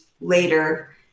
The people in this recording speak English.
later